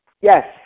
Yes